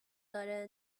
داره